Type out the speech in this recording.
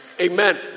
Amen